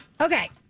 Okay